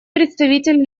представитель